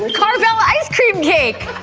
carvel ice cream cake!